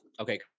Okay